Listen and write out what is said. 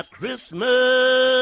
Christmas